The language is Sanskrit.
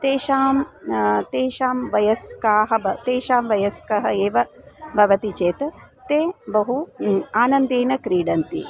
तेषां तेषां वयस्काः ब तेषां वयस्काः एव भवन्ति चेत् ते बहु आनन्देन क्रीडन्ति